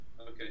Okay